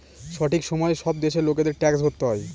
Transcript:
সঠিক সময়ে সব দেশের লোকেদের ট্যাক্স ভরতে হয়